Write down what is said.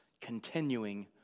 continuing